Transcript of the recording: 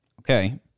okay